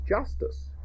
justice